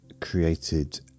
created